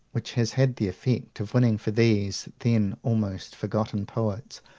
which has had the effect of winning for these, then almost forgotten, poets,